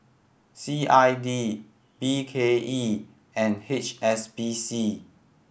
C I D B K E and H S B C